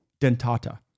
dentata